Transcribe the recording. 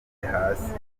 hasi